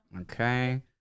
Okay